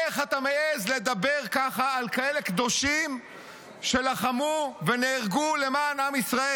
איך אתה מעז לדבר ככה על כאלה קדושים שלחמו ונהרגו למען עם ישראל?